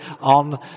on